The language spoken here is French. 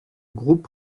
groupe